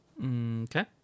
Okay